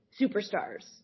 superstars